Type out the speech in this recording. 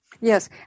Yes